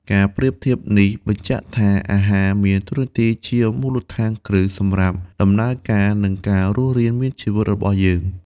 ការប្រៀបធៀបនេះបញ្ជាក់ថា អាហារមានតួនាទីជាមូលដ្ឋានគ្រឹះសម្រាប់ដំណើរការ និងការរស់រានមានជីវិតរបស់យើង។